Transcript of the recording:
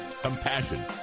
compassion